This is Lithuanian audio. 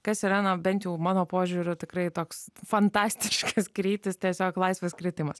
kas yra na bent jau mano požiūriu tikrai toks fantastiškas greitis tiesiog laisvas kritimas